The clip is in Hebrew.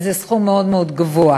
וזה סכום מאוד גבוה.